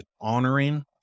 honoring